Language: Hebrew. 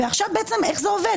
ואיך זה עובד?